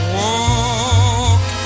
walk